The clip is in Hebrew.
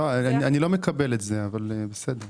אני לא מקבל את זה, אבל בסדר.